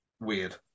weird